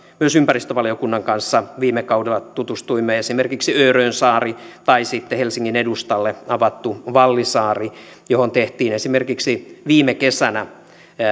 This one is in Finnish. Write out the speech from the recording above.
myös ympäristövaliokunnan kanssa viime kaudella tutustuimme esimerkiksi örön saari tai sitten helsingin edustalle avattu vallisaari johon tehtiin esimerkiksi viime kesänä